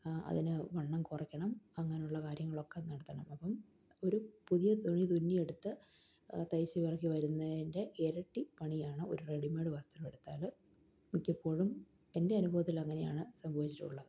അതിന് വണ്ണം കുറയ്ക്കണം അങ്ങനെയുള്ള കാര്യങ്ങളൊക്കെ നടത്തണം അപ്പം ഒരു പുതിയ തുണി തുന്നിയെടുത്ത് തയ്ച്ച് വരുന്നതിൻ്റെ ഇരട്ടിപ്പണിയാണ് ഒരു റെഡിമെയ്ഡ് വസ്ത്രമെടുത്താല് മിക്കപ്പോഴും എൻ്റെ അനുഭവത്തിൽ അങ്ങനെയാണ് സംഭവിച്ചിട്ടുള്ളത്